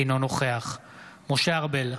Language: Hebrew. אינו נוכח משה ארבל,